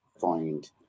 find